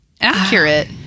accurate